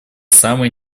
самые